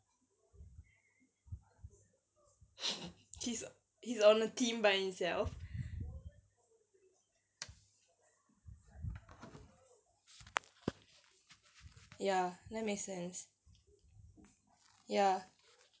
he's he's on a team by itself ya that makes sense ya